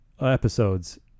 episodes